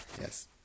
Yes